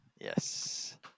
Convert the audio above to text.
Yes